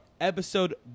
episode